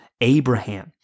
Abraham